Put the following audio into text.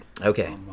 Okay